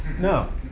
no